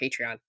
Patreon